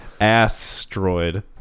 Asteroid